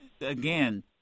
again